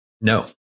No